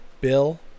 Bill